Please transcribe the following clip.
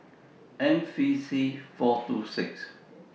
M V C four two six